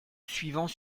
suivant